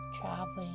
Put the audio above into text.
traveling